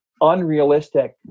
unrealistic